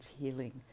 healing